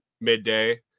midday